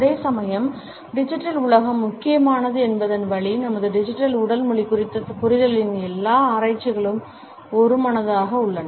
அதேசமயம் டிஜிட்டல் உலகம் முக்கியமானது என்பதன் வழி நமது டிஜிட்டல் உடல் மொழி குறித்த புரிதல்களில் எல்லா ஆராய்ச்சிகளும் ஒருமனதாக உள்ளன